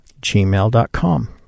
gmail.com